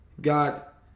got